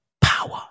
power